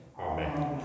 Amen